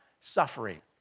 suffering